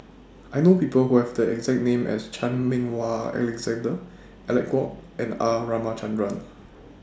I know People Who Have The exact name as Chan Meng Wah Alexander Alec Kuok and R Ramachandran